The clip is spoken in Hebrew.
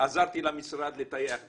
עזרתי למשרד לטייח דברים,